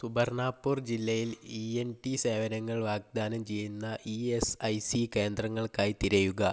സുബർണാപൂർ ജില്ലയിൽ E N T സേവനങ്ങൾ വാഗ്ദാനം ചെയ്യുന്ന ഇ എസ് ഐ സി കേന്ദ്രങ്ങൾക്കായി തിരയുക